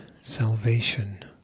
salvation